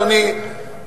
אדוני,